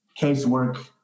casework